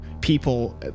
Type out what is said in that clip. people